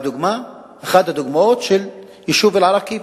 אחת הדוגמאות היא היישוב אל-עראקיב,